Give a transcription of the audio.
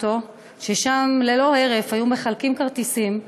ששם ללא הרף היו מחלקים כרטיסים,